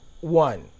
one